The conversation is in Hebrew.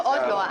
לא, עוד לא.